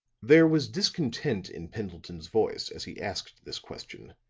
there was discontent in pendleton's voice as he asked this question,